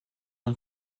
und